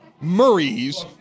Murray's